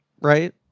right